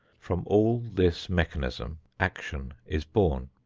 from all this mechanism, action is born.